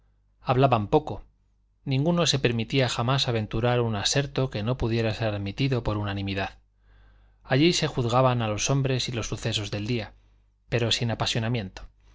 hablaban poco ninguno se permitía jamás aventurar un aserto que no pudiera ser admitido por unanimidad allí se juzgaba a los hombres y los sucesos del día pero sin apasionamiento